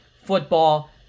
football